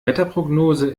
wetterprognose